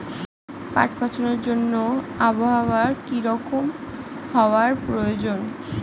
পাট পচানোর জন্য আবহাওয়া কী রকম হওয়ার প্রয়োজন?